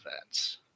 events